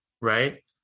Right